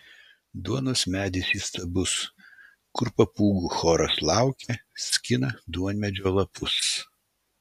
duonos medis įstabus kur papūgų choras laukia skina duonmedžio lapus